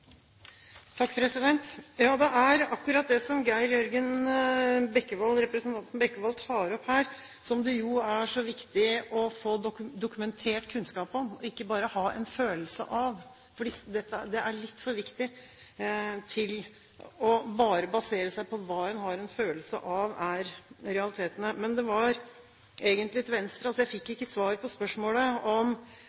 Det er akkurat det som representanten Geir Jørgen Bekkevold tar opp her, som det er så viktig å få dokumentert kunnskap om, og ikke bare ha en følelse av. Dette er litt for viktig til bare å basere seg på hva en har en følelse av, er realitetene. Men dette var egentlig til Venstre – jeg fikk